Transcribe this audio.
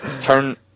turn